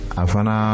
afana